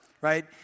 right